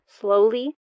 slowly